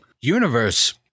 universe